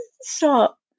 Stop